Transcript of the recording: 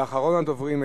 ואחרון הדוברים,